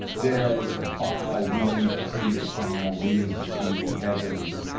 there is a file, we need to see the file, we need to see the evidence,